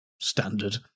Standard